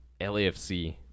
LAFC